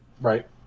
Right